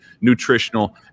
nutritional